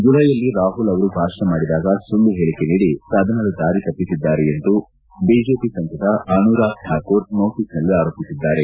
ಜುಲ್ಲೆಯಲ್ಲಿ ರಾಹುಲ್ ಅವರು ಭಾಷಣ ಮಾಡಿದಾಗ ಸುಳ್ಳು ಹೇಳಿಕೆ ನೀಡಿ ಸದನದ ದಾರಿ ತಪ್ಪಿಸಿದ್ದಾರೆ ಎಂದು ಬಿಜೆಪಿ ಸಂಸದ ಅನುರಾಗ್ ಠಾಕೂರ್ ನೋಟಸ್ನಲ್ಲಿ ಆರೋಪಿಸಿದ್ದಾರೆ